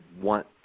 want –